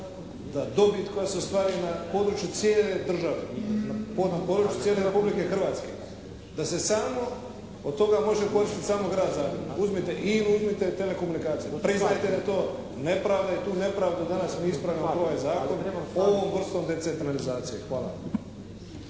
da dobit koja se ostvaruje na području cijele države, na području cijele Republike Hrvatske, da se samo od toga može koristiti samo Grad Zagreb. Uzmite "INA-u", uzmite "Telekomunikacije". Priznajte da je to nepravda i tu nepravdu danas mi ispravljamo kroz ovaj zakon, ovom vrstom decentralizacije. Hvala.